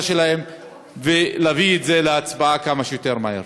שלהם ולהביא את זה להצבעה כמה שיותר מהר.